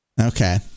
Okay